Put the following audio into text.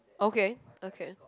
okay okay